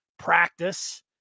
Practice